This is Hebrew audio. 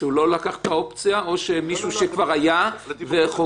שלא לקח את האופציה או מישהו שכבר היה וחוזר?